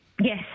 Yes